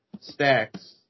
stacks